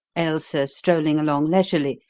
ailsa strolling along leisurely,